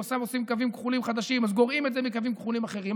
אם עושים קווים כחולים חדשים אז גורעים את זה מקווים כחולים אחרים.